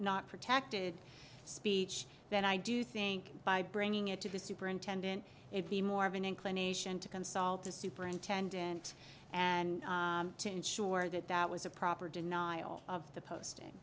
not protected speech then i do think by bringing it to the superintendent may be more of an inclination to consult the superintendent and to ensure that that was a proper denial of the posting